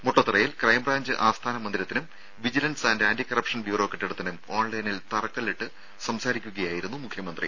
മുട്ടത്തറയിൽ crime branch ആസ്ഥാന മന്ദിരത്തിനും vigilance and anticorruption bureau കെട്ടിടത്തിനും ഓൺലൈനിൽ തറക്കല്ലിട്ട് സംസാരിക്കുകയായിരുന്നു മുഖ്യമന്ത്രി